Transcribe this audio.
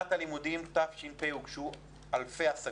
בשנת הלימודים תש"ף הוגשו אלפי השגות.